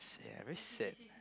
ya very sad